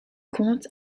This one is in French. compte